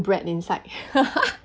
bread inside